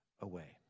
away